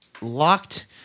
locked